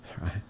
right